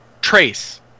trace